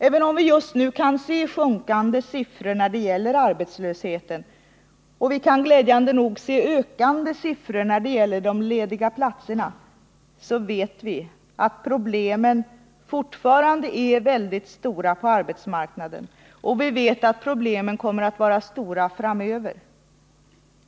Även om vi just nu kan se sjunkande siffror när det gäller arbetslösheten och glädjande nog ökande siffror när det gäller de lediga platserna, så vet vi att problemen på arbetsmarknaden fortfarande är väldigt stora. Vi vet också att problemen kommer att vara stora framöver.